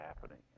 happening